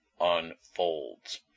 unfolds